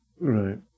Right